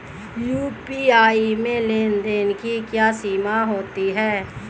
UPI में लेन देन की क्या सीमा होती है?